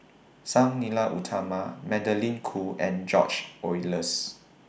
Sang Nila Utama Magdalene Khoo and George Oehlers